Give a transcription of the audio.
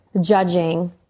judging